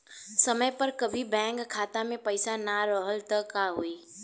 समय पर कभी बैंक खाता मे पईसा ना रहल त का होई?